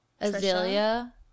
azalea